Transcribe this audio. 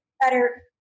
better